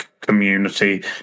community